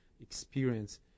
experience